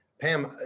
Pam